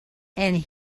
and